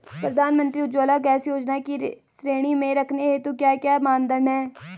प्रधानमंत्री उज्जवला गैस योजना की श्रेणी में रखने हेतु क्या क्या मानदंड है?